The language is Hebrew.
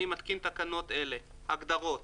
אני מתקין תקנות אלה: הגדרות